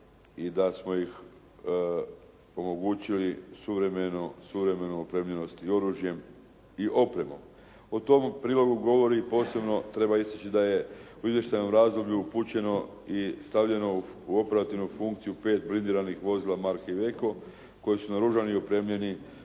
i da smo ih omogućili suvremenu opremljenost i oružjem i opremom. U tom prilogu govori posebno, treba istači da je u izvještajnom razdoblju upućeno i stavljeno u operativnu funkciju 5 blindiranih vozila marke «Veco» koji su naoružani i opremljeni